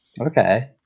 Okay